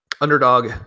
underdog